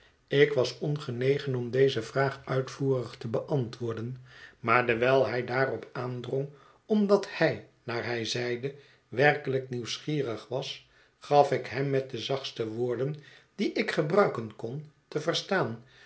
ik was ongenegen om deze vraag uitvoerig te beantwoorden maar dewijl hij daarop aandrong omdat hij naar hij zeide werkelijk nieuwsgierig was gaf ik hem met de zachtste woorden die ik gebruiken kon te verstaan